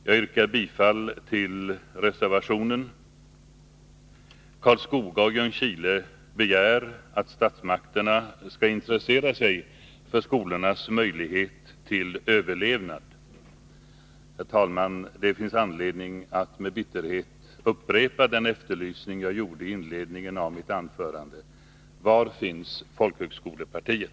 Jag yrkar bifall till reservationen. Karlskoga och Ljungskile begär att statsmakterna skall intressera sig för skolornas möjligheter till överlevnad. Herr talman! Det finns anledning att med bitterhet upprepa den efterlysning jag gjorde i inledningen av mitt anförande: Var finns folkhögskolepartiet?